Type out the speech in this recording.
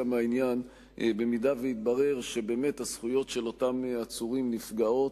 מהעניין אם יתברר שהזכויות של אותם עצורים נפגעות